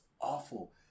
awful